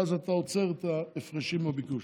ואז אתה עוצר את ההפרשים בביקוש.